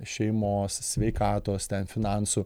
šeimos sveikatos ten finansų